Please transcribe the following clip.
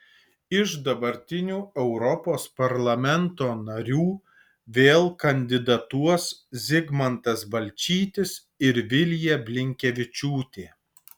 iš dabartinių europos parlamento narių vėl kandidatuos zigmantas balčytis ir vilija blinkevičiūtė